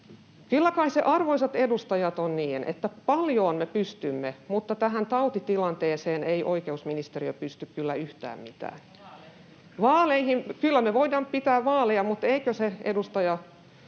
Kyllä kai se, arvoisat edustajat, on niin, että paljoon me pystymme, mutta tähän tautitilanteeseen ei oikeusministeriö pysty kyllä yhtään mitään. [Leena Meri: No vaaleihin pystyy!] — Kyllä me voidaan pitää vaaleja, mutta eikö se, edustaja